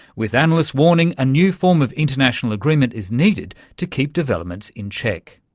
with analysts warning a new form of international agreement is needed to keep developments in check.